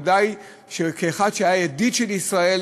ודאי כאחד שהיה ידיד של ישראל,